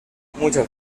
muchas